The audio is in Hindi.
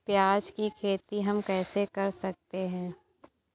प्याज की खेती हम कैसे कर सकते हैं?